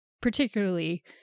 particularly